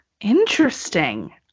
Interesting